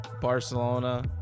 barcelona